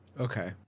Okay